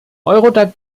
eurodac